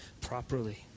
properly